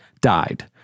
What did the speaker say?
died